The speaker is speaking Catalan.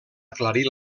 aclarir